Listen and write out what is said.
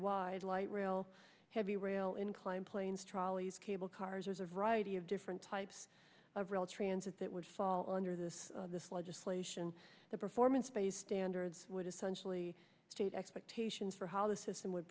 wide light rail heavy rail inclined planes trolleys cable cars are a variety of different types of rail transit that would fall under this legislation the performance based standards would essentially state expectations for how the system would